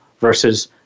versus